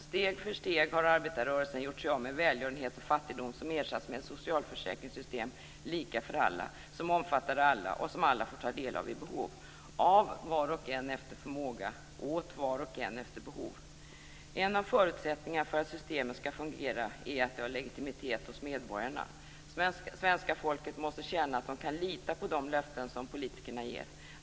Steg för steg har arbetarrörelsen gjort sig av med välgörenhet och fattigdom som ersatts med ett socialförsäkringssystem lika för alla, som omfattar alla och som alla får ta del av vid behov. Av var och en efter förmåga åt var och en efter behov. En av förutsättningarna för att systemet skall fungera är att det har legitimitet hos medborgarna. Svenska folket måste känna att det kan lita på de löften som politikerna ger.